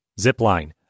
Zipline